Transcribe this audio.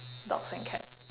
dogs and cats